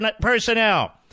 personnel